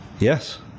Yes